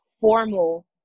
formal